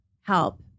help